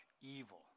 evil